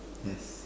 yes